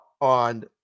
on